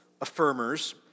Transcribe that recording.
affirmers